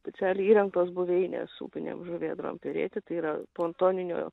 specialiai įrengtos buveinės upinėm žuvėdrom perėti tai yra pontoninių